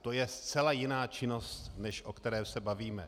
To je zcela jiná činnost, než o které se bavíme.